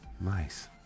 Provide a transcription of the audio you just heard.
Nice